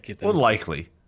Unlikely